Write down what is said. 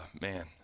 man